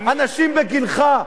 אנשים בגילך,